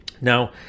now